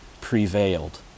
prevailed